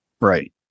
Right